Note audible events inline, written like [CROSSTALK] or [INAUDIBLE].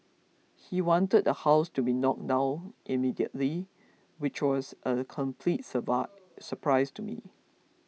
he wanted the house to be knocked down immediately which was a complete [UNINTELLIGIBLE] surprise to me